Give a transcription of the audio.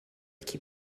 qui